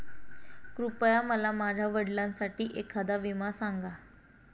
कृपया मला माझ्या वडिलांसाठी एखादा विमा सांगा